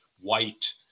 white